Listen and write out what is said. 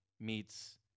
meets